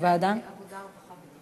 בוועדת העבודה והרווחה.